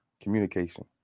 communication